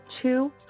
two